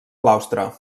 claustre